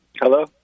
Hello